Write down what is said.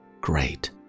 Great